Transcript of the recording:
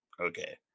Okay